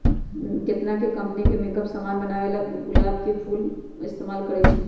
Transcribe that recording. केतना न company makeup के समान बनावेला गुलाब के फूल इस्तेमाल करई छई